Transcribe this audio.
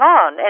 on